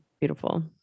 beautiful